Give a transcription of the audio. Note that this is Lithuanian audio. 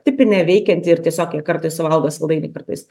tipinė veikianti ir tiesiog jie kartais suvalgo saldainį kartais